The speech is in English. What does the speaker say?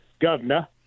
governor